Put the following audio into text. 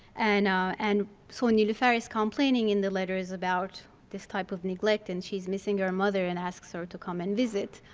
and and so niloufer is complaining in the letters about this type of neglect and she's missing her mother and asks her to come and visit.